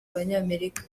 abanyamerika